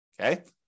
Okay